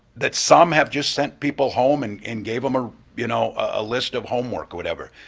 that some have just sent people home and and gave them a you know ah list of homework, whatever,